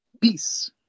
Peace